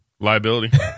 liability